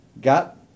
got